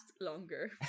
longer